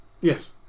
yes